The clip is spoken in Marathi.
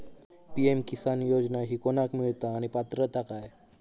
पी.एम किसान योजना ही कोणाक मिळता आणि पात्रता काय?